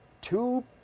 two